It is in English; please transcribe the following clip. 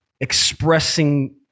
expressing